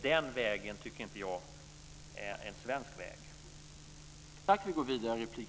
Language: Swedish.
Den vägen tycker inte jag är en svensk väg.